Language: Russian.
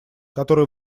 который